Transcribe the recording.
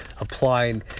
applying